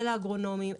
אל האגרונומים,